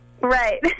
Right